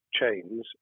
chains